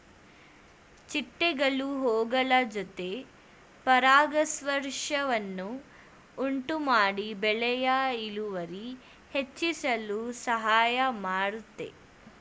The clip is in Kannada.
ಚಿಟ್ಟೆಗಳು ಹೂಗಳ ಜೊತೆ ಪರಾಗಸ್ಪರ್ಶವನ್ನು ಉಂಟುಮಾಡಿ ಬೆಳೆಯ ಇಳುವರಿ ಹೆಚ್ಚಿಸಲು ಸಹಾಯ ಮಾಡುತ್ತೆ